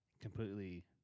completely